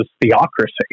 theocracy